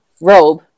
robe